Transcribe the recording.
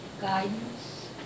Guidance